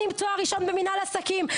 אני עם תואר ראשון במנהל עסקים,